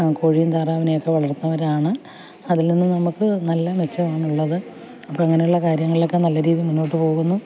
കോഴിയും താറാവിനെയൊക്കെ വളർത്തുന്നവരാണ് അതിൽ നിന്നും നമ്മൾക്ക് നല്ല മെച്ചമാണ് ഉള്ളത് അങ്ങനെയുള്ള കാര്യങ്ങളിലൊക്കെ നല്ല രീതിയിൽ മുന്നോട്ടു പോകുന്നു